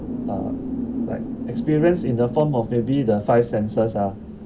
uh like experience in the form of maybe the five senses ah